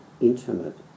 intimate